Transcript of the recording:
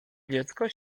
dziecko